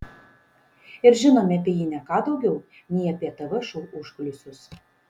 ir žinome apie jį ne ką daugiau nei apie tv šou užkulisius